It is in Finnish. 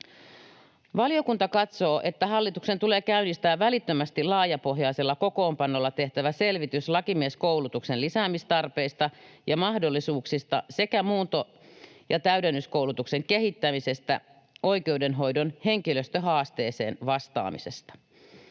Valiokunta katsoo, että hallituksen tulee käynnistää välittömästi laajapohjaisella kokoonpanolla tehtävä selvitys lakimieskoulutuksen lisäämistarpeista ja ‑mahdollisuuksista sekä muunto‑ ja täydennyskoulutuksen kehittämisestä oikeudenhoidon henkilöstöhaasteeseen vastaamiseksi.